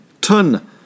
ton